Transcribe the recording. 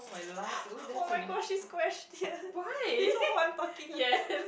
oh-my-gosh this question do you know who I'm talking